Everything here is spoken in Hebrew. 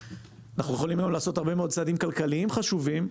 אנחנו גם יכולים לעשות הרבה מאוד צעדים כלכליים חשובים.